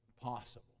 possible